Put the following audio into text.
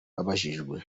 babajijwe